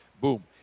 boom